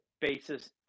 basis